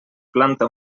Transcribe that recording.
planta